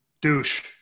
Douche